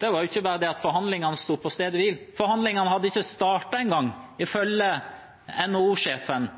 Det var ikke bare det at forhandlingene sto på stedet hvil, forhandlingene hadde ikke startet engang, ifølge NHO-sjefen,